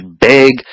big